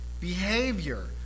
behavior